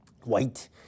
White